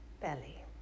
belly